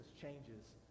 changes